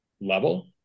level